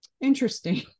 interesting